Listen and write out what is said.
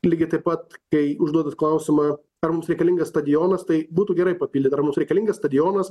lygiai taip pat kai užduodat klausimą ar mums reikalingas stadionas tai būtų gerai papildyt ar mums reikalingas stadionas